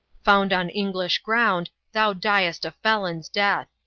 found on english ground, thou diest a felon's death.